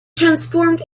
transformed